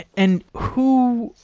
and who